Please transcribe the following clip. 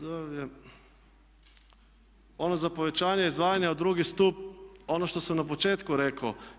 Dalje, ono za povećanje izdvajanja u drugi stup ono što sam na početku rekao.